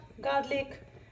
garlic